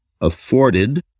afforded